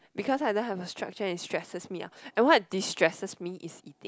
because I don't have a structure it stresses me out and what distresses me is eating